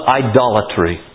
idolatry